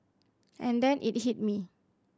and then it hit me